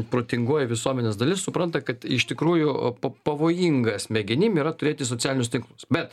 protingoji visuomenės dalis supranta kad iš tikrųjų pa pavojinga smegenim yra turėti socialinius tinklus bet